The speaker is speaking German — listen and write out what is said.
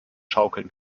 schaukeln